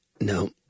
No